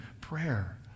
prayer